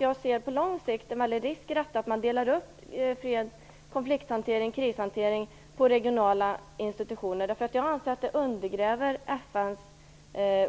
Jag ser på lång sikt en stor risk med att man delar upp freds-, konflikt och krishantering på regionala institutioner. Jag anser att det undergräver FN:s